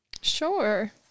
Sure